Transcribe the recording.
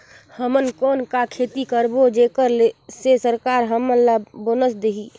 हमन कौन का खेती करबो जेकर से सरकार हमन ला बोनस देही?